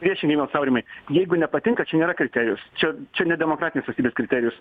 viešinimas aurimai jeigu nepatinka čia nėra kriterijus čia čia nedemokratinės valstybės kriterijus